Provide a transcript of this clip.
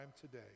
today